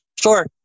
Sure